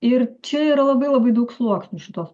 ir čia yra labai labai daug sluoksnių šitos